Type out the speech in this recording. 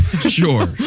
Sure